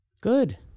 Good